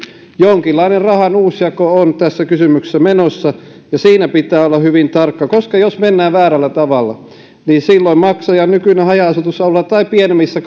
jonkinlainen rahan uusjako on tässä kysymyksessä menossa ja siinä pitää olla hyvin tarkka koska jos mennään väärällä tavalla niin silloin maksaja on nykyinen haja asutusalueella tai pienemmässä